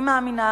אני מאמינה